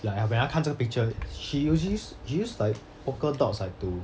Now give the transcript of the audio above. like when I 看这个 picture she usually she use like polka dots like to